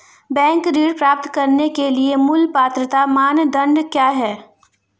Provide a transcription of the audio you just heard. Bank ऋण प्राप्त करने के लिए मूल पात्रता मानदंड क्या हैं?